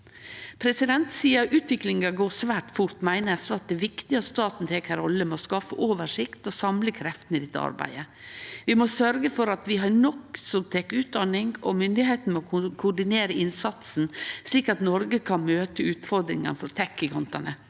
utfordringar. Fordi utviklinga går svært fort, meiner SV at det er viktig at staten tek ei rolle med å skaffe oversikt og samle kreftene i dette arbeidet. Vi må sørgje for at vi har nok som tek utdanning, og myndigheitene må koordinere innsatsen, slik at Noreg kan møte utfordringa frå tek-gigantane.